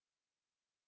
uh yup